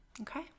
okay